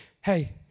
Hey